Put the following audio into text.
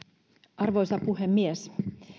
arvoisa puhemies